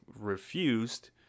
refused